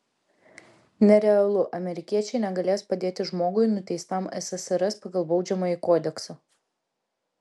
nerealu amerikiečiai negalės padėti žmogui nuteistam ssrs pagal baudžiamąjį kodeksą